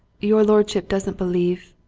your lordship doesn't believe?